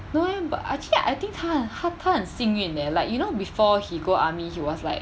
no eh but actually I think 他很他他很幸运 leh like you know before he go army he was like